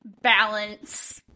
balance